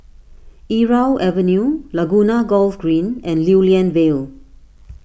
Irau Avenue Laguna Golf Green and Lew Lian Vale